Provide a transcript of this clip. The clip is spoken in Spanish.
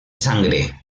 sangre